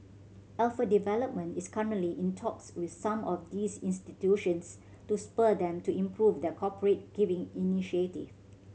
Alpha Development is currently in talks with some of these institutions to spur them to improve their corporate giving initiative